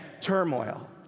turmoil